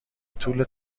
طول